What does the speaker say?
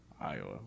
Iowa